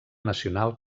nacional